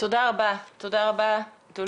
תודה רבה, דולב,